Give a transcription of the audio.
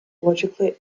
logically